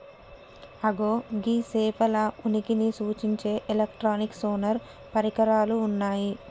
అగో గీ సేపల ఉనికిని సూచించే ఎలక్ట్రానిక్ సోనార్ పరికరాలు ఉన్నయ్యి